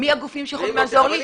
מי הגופים שיכולים לעזור לי?